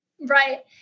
Right